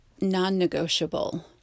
non-negotiable